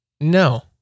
no